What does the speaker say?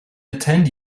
attend